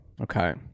Okay